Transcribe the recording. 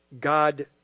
God